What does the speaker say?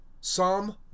Psalm